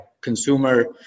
consumer